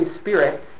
Spirit